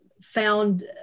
found